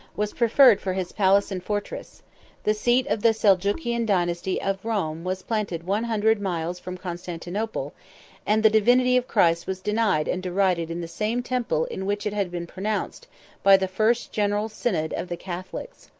was preferred for his palace and fortress the seat of the seljukian dynasty of roum was planted one hundred miles from constantinople and the divinity of christ was denied and derided in the same temple in which it had been pronounced by the first general synod of the catholics.